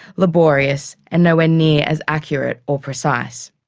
laborious, and nowhere near as accurate or precise.